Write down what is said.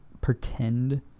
pretend